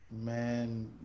Man